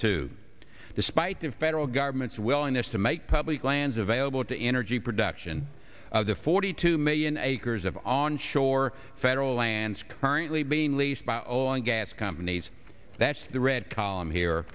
two despite the federal government's willingness to make public lands available to energy production of the forty two million acres of on shore federal lands currently being leased by all and gas companies that the red column here